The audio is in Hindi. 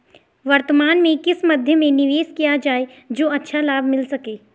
वर्तमान में किस मध्य में निवेश किया जाए जो अच्छा लाभ मिल सके?